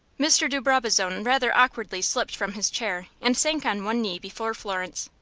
mr. de brabazon rather awkwardly slipped from his chair, and sank on one knee before florence.